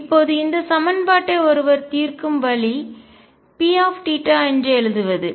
இப்போது இந்த சமன்பாட்டை ஒருவர் தீர்க்கும் வழி P θ என்று எழுதுவது